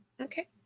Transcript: Okay